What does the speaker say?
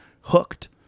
Hooked